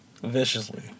Viciously